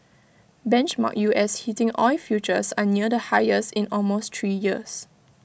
benchmark U S heating oil futures are near the highest in almost three years